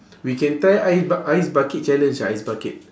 we can try ice buc~ ice bucket challenge ah ice bucket